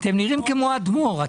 אתם נראים כמו אדמו"ר.